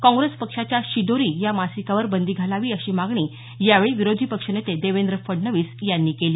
काँग्रेस पक्षाच्या शिदोरी या मासिकावर बंदी घालावी अशी मागणी यावेळी विरोधी पक्ष नेते देवेंद्र फडणवीस यांनी केली